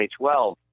2012